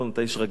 אתה איש רגיש,